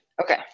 Okay